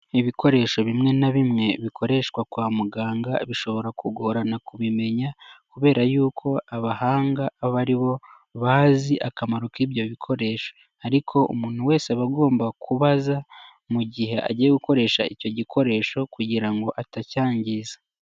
Ibikoresho bimwe na bimwe bikoreshwa kwa muganga bishobora kugorana kubimenya kubera y'uko abahanga aba ari bo bazi akamaro k'ibyo bikoresho ariko umuntu wese abagomba kubaza mu gihe agiye gukoresha icyo gikoresho kugira ngo atacyangiza.